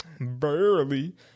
Barely